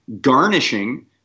garnishing